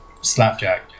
slapjack